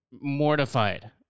mortified